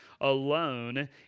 alone